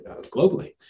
globally